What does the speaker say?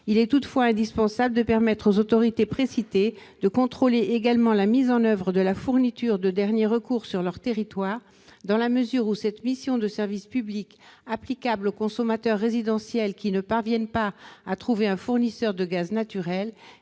Il est toutefois indispensable de permettre aux autorités précitées de contrôler également la mise en oeuvre de la fourniture de dernier recours sur leur territoire, dans la mesure où cette mission de service public, applicable aux consommateurs résidentiels qui ne parviennent pas à trouver un fournisseur de gaz naturel,